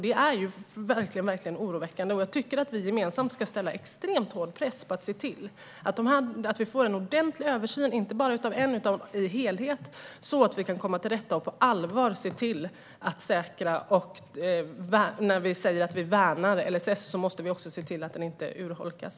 Detta är verkligen oroväckande, och jag tycker att vi gemensamt ska sätta extremt hård press för att se till att vi får en ordentlig översyn, inte bara av en dom utan av helheten, så att vi kan komma till rätta med detta. Om vi på allvar vill värna LSS måste vi också se till att den inte urholkas.